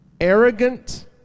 arrogant